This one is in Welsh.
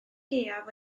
gaeaf